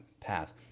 path